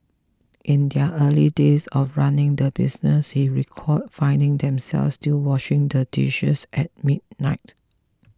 in their early days of running the business he recalled finding themselves still washing the dishes at midnight